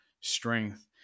strength